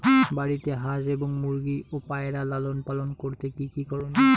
বাড়িতে হাঁস এবং মুরগি ও পায়রা লালন পালন করতে কী কী করণীয়?